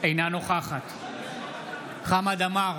אינה נוכחת חמד עמאר,